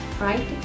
right